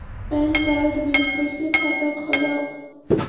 Pan card बिना कइसे खाता खोलव?